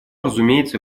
разумеется